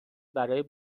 برای